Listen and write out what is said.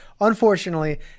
unfortunately